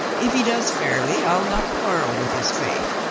if he does fairly i'll not quar rel with his faith,